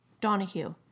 Donahue